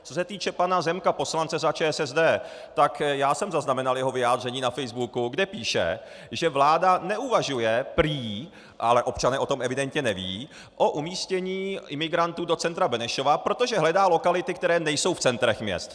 Co se týče pana Zemka, poslance za ČSSD, tak já jsem zaznamenal jeho vyjádření na facebooku, kde píše, že vláda neuvažuje prý, ale občané o tom evidentně nevědí, o umístění imigrantů do centra Benešova, protože hledá lokality, které nejsou v centrech měst.